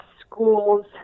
schools